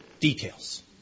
details